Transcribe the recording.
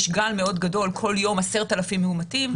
כל יום 10,000 מאומתים,